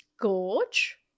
Gorge